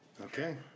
Okay